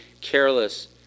careless